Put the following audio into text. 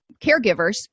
caregivers